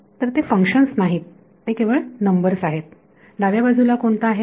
तर ते फंक्शन्स नाहीत ते केवळ नंबर्स आहेत डाव्या बाजुला कोणता आहे